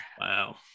wow